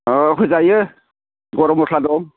औ फैजायो गरम मस्ला दं